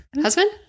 Husband